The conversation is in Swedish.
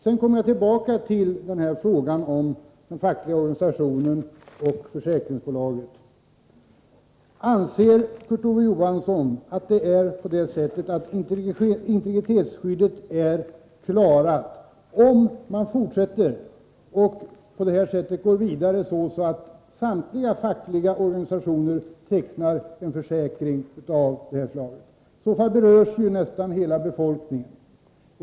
Sedan kommer jag tillbaka till frågan om fackliga organisationer och försäkringsbolag. Anser Kurt Ove Johansson att behovet av integritetsskydd tillgodoses, om utvecklingen fortsätter på det här sättet och samtliga fackliga organisationer tecknar en försäkring av det här slaget? I så fall berörs ju nästan hela befolkningen.